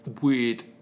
weird